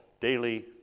daily